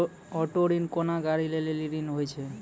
auto ऋण कोनो गाड़ी लै लेली ऋण होय छै